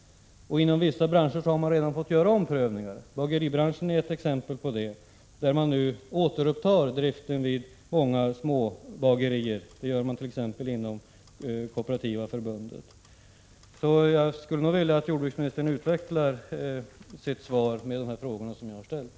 1986/87:75 branscher har man redan fått göra omprövningar. Bageribranschen är ett — 19 februari 1987 exempel. Inom denna bransch har man nu återupptagit driften vid många småbagerier. Det gör man t.ex. inom Kooperativa förbundet. Jag skulle därför vilja att jordbruksministern utvecklar sitt svar med anledning av dessa frågor.